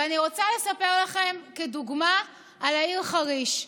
ואני רוצה לספר לכם כדוגמה על העיר חריש.